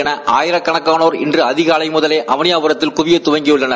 என ஆயிரக்கணக்கானோர் இன்று அதிகாலை முதலே அவளியாபூத்தில் குவியத் தொடங்கியுள்ளனர்